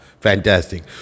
fantastic